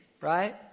Right